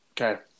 Okay